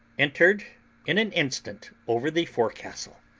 entered in an instant over the forecastle,